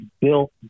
built